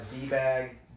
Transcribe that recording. D-Bag